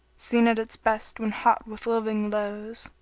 seen at its best when hot with living lows